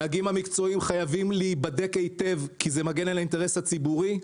הנהגים המקצועיים חייבים להיבדק היטב כי זה מגן על האינטרס הציבורי.